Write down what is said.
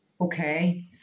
Okay